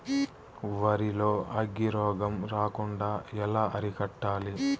వరి లో అగ్గి రోగం రాకుండా ఎలా అరికట్టాలి?